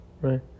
Right